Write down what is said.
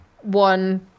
one